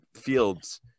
fields